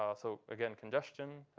um so again, congestion,